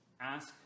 ask